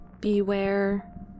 Beware